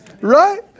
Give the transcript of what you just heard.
right